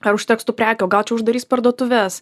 ar užteks tų prekių o gal čia uždarys parduotuves